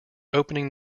opening